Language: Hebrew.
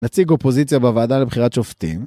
נציג אופוזיציה בוועדה לבחירת שופטים.